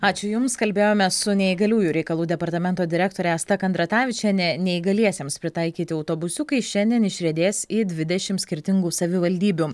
ačiū jums kalbėjome su neįgaliųjų reikalų departamento direktore asta kandratavičiene neįgaliesiems pritaikyti autobusiukai šiandien išriedės į dvidešimt skirtingų savivaldybių